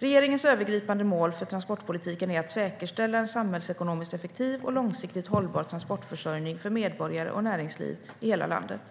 Regeringens övergripande mål för transportpolitiken är att säkerställa en samhällsekonomiskt effektiv och långsiktigt hållbar transportförsörjning för medborgare och näringsliv i hela landet.